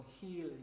healing